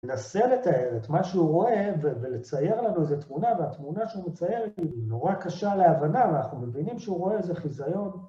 לנסה לתאר את מה שהוא רואה, ולצייר לנו איזו תמונה, והתמונה שהוא מציירת היא נורא קשה להבנה, ואנחנו מבינים שהוא רואה איזה חיזיון.